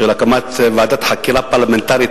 של הקמת ועדת חקירה פרלמנטרית,